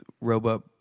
robot